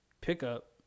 pickup